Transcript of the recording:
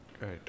Right